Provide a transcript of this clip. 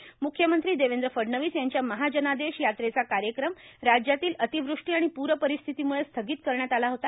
म्ख्यमंत्री देवेंद्र फडणवीस यांच्या महाजनादेश यात्रेचा कार्यक्रम राज्यातील अतीवृष्टी आणि पूरपरिस्थीमुळे स्थगित करण्यात आला होता